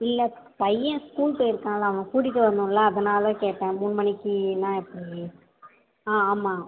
இல்லை பையன் ஸ்கூல் போயிருக்கான்லே அவனை கூட்டிகிட்டு வரணுமில்ல அதனால் கேட்டேன் மூணு மணிக்கு நான் எப்படி ஆ ஆமாம்